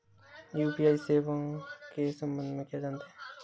UPI सेवाओं के संबंध में क्या जानते हैं?